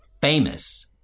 famous